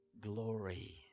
glory